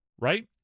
right